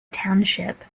township